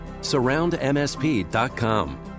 Surroundmsp.com